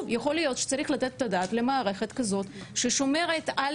יכול להיות שצריך לתת את הדעת למערכת כזאת ששומרת על